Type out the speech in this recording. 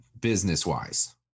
business-wise